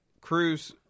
Cruz